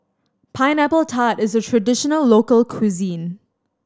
Pineapple Tart is a traditional local cuisine